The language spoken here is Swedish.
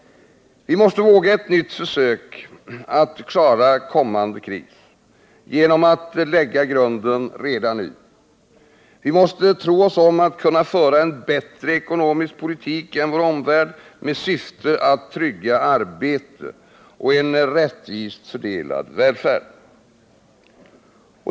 Vi måste våga ett nytt försök att klara en kommande kris genom att lägga grunden redan nu. Vi måste tro oss om att kunna föra en bättre ekonomisk politik än vår omvärld med syfte att trygga arbete och en rättvist fördelad välfärd.